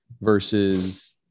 versus